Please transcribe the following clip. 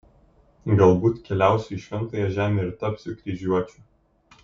galbūt keliausiu į šventąją žemę ir tapsiu kryžiuočiu